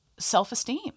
self-esteem